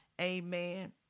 Amen